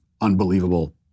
unbelievable